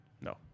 No